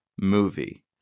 movie